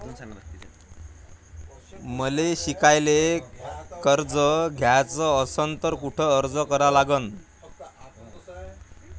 मले शिकायले कर्ज घ्याच असन तर कुठ अर्ज करा लागन?